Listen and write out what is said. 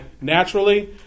naturally